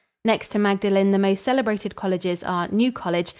next to magdalen, the most celebrated colleges are new college,